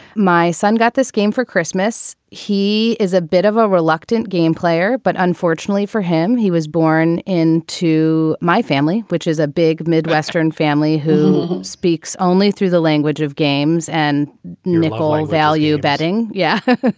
my son got this game for christmas. he is a bit of a reluctant game player, but unfortunately for him, he was born in to my family, which is a big midwestern family who speaks only through the language of games and nickel and value betting. yeah.